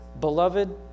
Beloved